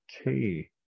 Okay